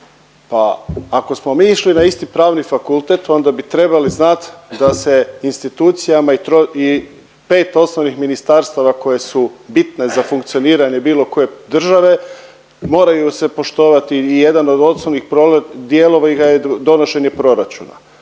pa ako smo mi išli na isti Pravni fakultet, onda bi trebali znat da se institucijama i pet osnovnih ministarstava koje su bitne za funkcioniranje bilo koje države, moraju se poštovati i jedan od osnovnih dijelova je donošenje proračuna.